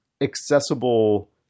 accessible